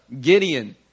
Gideon